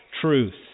truth